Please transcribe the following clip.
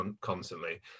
constantly